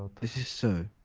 this is so.